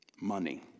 money